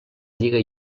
lliga